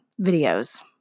videos